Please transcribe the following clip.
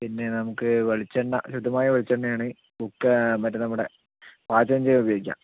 പിന്നെ നമുക്ക് വെളിച്ചെണ്ണ ശുദ്ധമായ വെളിച്ചെണ്ണയാണ് മറ്റേ നമ്മുടെ പാചകം ചെയ്യാൻ ഉപയോഗിക്കാം